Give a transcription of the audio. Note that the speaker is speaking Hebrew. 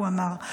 הוא אמר,